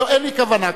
אין לי כוונה כזאת.